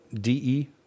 D-E